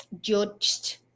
judged